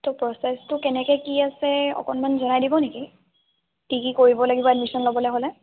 ত' প্ৰচেছটো কেনেকৈ কি আছে অকণমান জনাই দিব নেকি কি কি কৰিব লাগিব এডমিশ্য়ন ল'বলৈ হ'লে